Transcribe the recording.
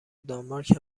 دانمارک